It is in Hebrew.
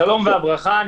השלום והברכה,